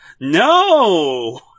No